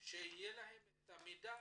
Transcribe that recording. שהמידע